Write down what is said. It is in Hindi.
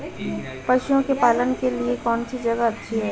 पशुओं के पालन के लिए कौनसी जगह अच्छी है?